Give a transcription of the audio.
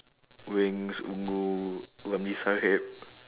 wings